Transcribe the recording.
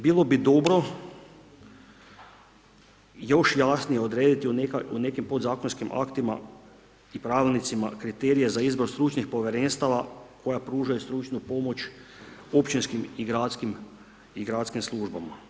Bilo bi dobro još jasnije odrediti o nekim podzakonskim aktima i pravilnicima kriterije za izbor stručnih povjerenstava koja pružaju stručnu pomoć općinskim i gradskim službama.